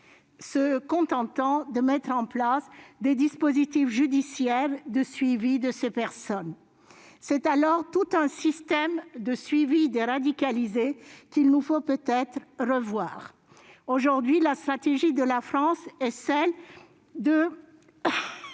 se contente de mettre en place des dispositifs judiciaires de suivi de ces personnes. C'est tout le système de suivi des radicalisés qu'il nous faut peut-être revoir. Aujourd'hui, la stratégie de la France est celle du